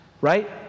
right